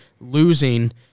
losing